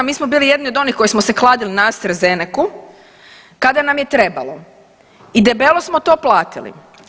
Mi smo bili jedni od onih koji smo se kladili na Astra Zenecu kada nam je trebalo i debelo smo to platili.